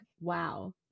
Wow